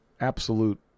absolute